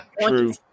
true